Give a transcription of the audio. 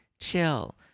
chill